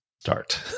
Start